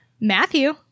Matthew